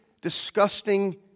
disgusting